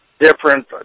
different